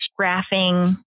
graphing